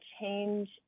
change